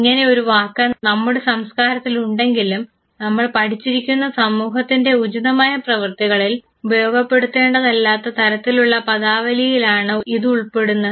ഇങ്ങനെ ഒരു വാക്ക് നമ്മുടെ സംസ്കാരത്തിൽ ഉണ്ടെങ്കിലും നിങ്ങൾ പഠിച്ചിരിക്കുന്ന സമൂഹത്തിൻറെ ഉചിതമായ പ്രവർത്തികളിൽ ഉപയോഗപ്പെടുത്തേണ്ടതല്ലാത്ത തരത്തിലുള്ള പദാവലിയിലാണ് ഇതുൾപ്പെടുന്നത്